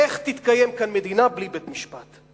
איך תתקיים כאן מדינה בלי בית-משפט?